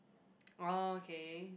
okay